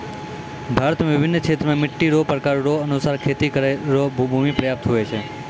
भारत मे बिभिन्न क्षेत्र मे मट्टी रो प्रकार रो अनुसार खेती करै रो भूमी प्रयाप्त हुवै छै